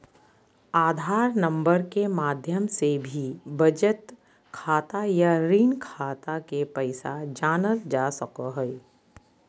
आधार number के माध्यम से भी बचत खाता या ऋण खाता के पैसा जानल जा सको हय